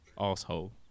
asshole